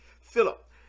Philip